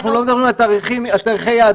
אנחנו לא מדברים על תאריכי יעד,